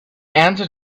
answer